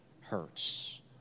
hurts